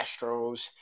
Astros